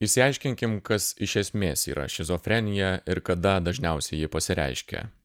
išsiaiškinkim kas iš esmės yra šizofrenija ir kada dažniausiai ji pasireiškia